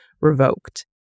revoked